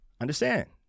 understand